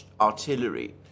artillery